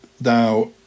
Now